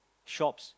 shops